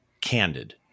candid